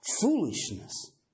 foolishness